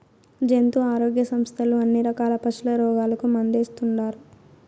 జంతు ఆరోగ్య సంస్థలు అన్ని రకాల పశుల రోగాలకు మందేస్తుండారు